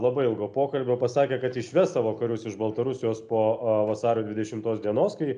labai ilgo pokalbio pasakė kad išves savo karius iš baltarusijos po vasario dvidešimtos dienos kai